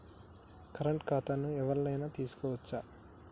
Current ఖాతాను ఎవలైనా తీసుకోవచ్చా?